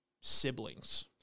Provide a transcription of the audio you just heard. siblings